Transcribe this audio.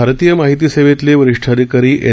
भारतीय माहिती सेवेतले वरिष्ठ अधिकारी एन